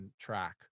track